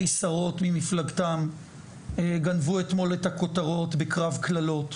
שרות ממפלגתם גנבו אתמול את הכותרות בקרב קללות,